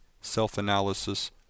self-analysis